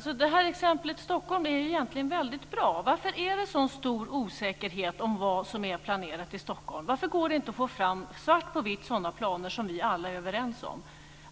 Fru talman! Exemplet med Stockholm är ju egentligen väldigt bra. Varför är det en så stor osäkerhet om vad som är planerat i Stockholm? Varför går det inte att svart på vitt få fram sådana planer som vi alla är överens om?